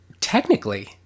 Technically